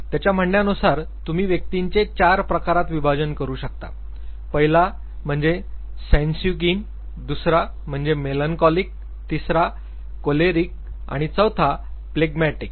त्याच्या म्हणण्यानुसार तुम्ही व्यक्तींचे चार प्रकारात विभाजन करू शकता पहिला म्हणजे स्यान्गुयीन दुसरा म्हणजे मेलनकॉलिक तिसरा कोलेरीक आणि चौथा फ्लेगमॅटिक